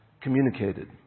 communicated